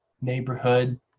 neighborhood